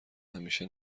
همیشه